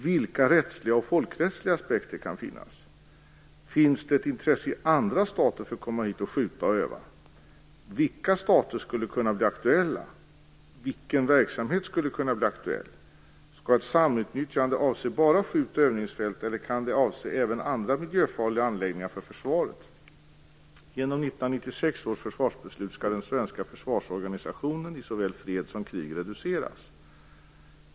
Vilka rättsliga och folkrättsliga aspekter kan finnas? Finns det intresse i andra stater för att komma hit och skjuta och öva? Vilka stater skulle kunna bli aktuella? Vilken verksamhet skulle kunna bli aktuell? Skall ett samutnyttjande avse bara skjut och övningsfält, eller kan det avse även andra miljöfarliga anläggningar för försvaret? Genom 1996 års försvarsbeslut skall den svenska försvarsorganisationen i såväl fred som krig reduceras.